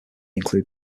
include